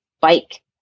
bike